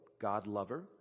God-lover